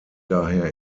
daher